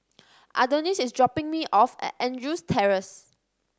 Adonis is dropping me off at Andrews Terrace